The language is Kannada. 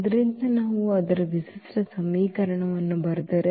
ಆದ್ದರಿಂದ ನಾವು ಅದರ ವಿಶಿಷ್ಟ ಸಮೀಕರಣವನ್ನು ಬರೆದರೆ